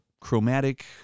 chromatic